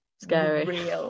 scary